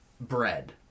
bread